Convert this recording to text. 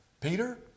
Peter